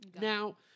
Now